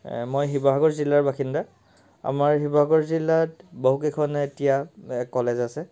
মই শিৱসাগৰ জিলাৰ বাসিন্দা আমাৰ শিৱসাগৰ জিলাত বহুকেইখনে এতিয়া কলেজ আছে